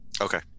Okay